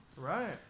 Right